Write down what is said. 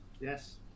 Yes